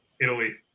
Italy